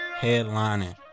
headlining